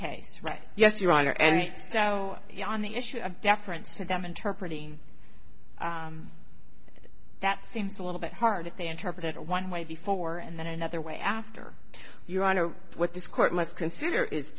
case right yes your honor and so on the issue of deference to them interpret ng that seems a little bit hard if they interpret it one way before and then another way after your honor what this court must consider is